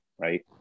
right